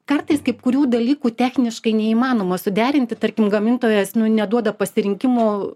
kartais kaip kurių dalykų techniškai neįmanoma suderinti tarkim gamintojas nu neduoda pasirinkimo